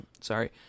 Sorry